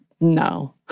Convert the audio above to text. No